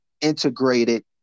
integrated